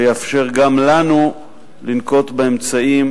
ויתאפשר גם לנו לנקוט אמצעים